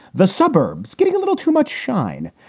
the suburbs getting a little too much shine.